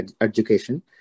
education